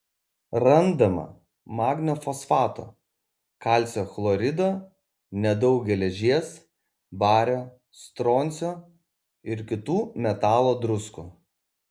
randama magnio fosfato kalcio chlorido nedaug geležies vario stroncio ir kitų metalo druskų